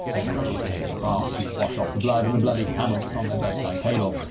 they had already taken a bath to wash off the blood, and the bloody hammer was on their bedside table.